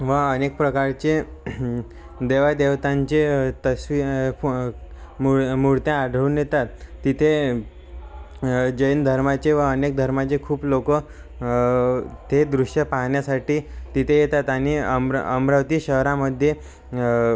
व अनेक प्रकारचे देवादेवतांचे तसवी मूर्त्या आढळून येतात तिथे जैन धर्माचे व अनेक धर्माचे खूप लोक ते दृश्य पाहण्यासाठी तिथे येतात आणि अमरा अमरावती शहरामध्ये